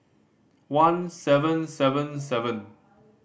one seven seven seven